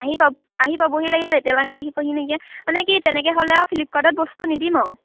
আহি পাবহি আহি পাবহি লাগিছিলে এতিয়ালৈকে আহি পোৱাহি নাইকিয়া মানে কি তেনেকৈ হ'লে আৰু ফ্লিপকাৰ্টত বস্তু নিদিম আৰু